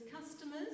customers